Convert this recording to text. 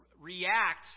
react